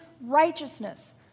righteousness